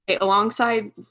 Alongside